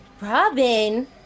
robin